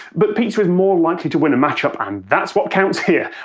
but pizza is more likely to win a match-up, and that's what counts here!